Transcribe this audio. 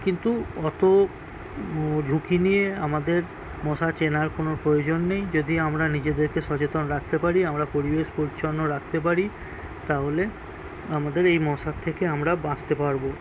কিন্তু অত ঝুঁকি নিয়ে আমাদের মশা চেনার কোনো প্রয়োজন নেই যদি আমরা নিজেদেরকে সচেতন রাখতে পারি আমরা পরিবেশ পরিচ্ছন্ন রাখতে পারি তাহলে আমাদের এই মশার থেকে আমরা বাঁচতে পারব